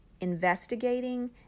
investigating